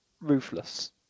ruthless